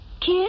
Kiss